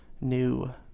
new